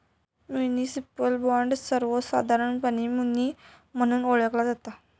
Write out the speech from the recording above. municipal bond, सर्वोसधारणपणे muni म्हणून ओळखला जाता